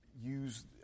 use